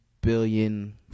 billion